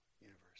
universe